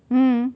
mm